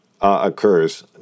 Occurs